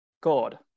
God